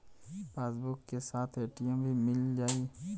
Passbook के साथ ATM भी मील जाई?